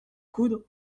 coudre